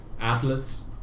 Atlas